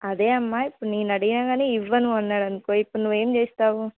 అదే అమ్మా ఇప్పుడు నేను అడిగినా కానీ ఇవ్వను అన్నాడనుకో ఇప్పుడు నువ్వేం చేేస్తావు